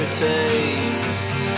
taste